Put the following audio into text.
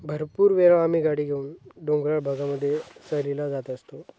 भरपूर वेळा आम्ही गाडी घेऊन डोंगराळ भागामध्ये सहलीला जात असतो